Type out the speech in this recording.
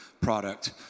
product